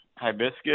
Hibiscus